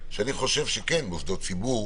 שאני חושב שמוסדות ציבור,